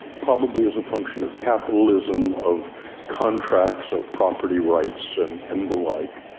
probably as a function of capitalism, of contracts, of property rights and and the like.